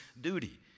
duty